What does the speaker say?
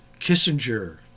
Kissinger